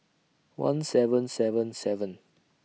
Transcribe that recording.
one seven seven seven